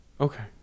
okay